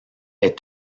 est